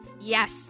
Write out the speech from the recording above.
Yes